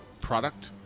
product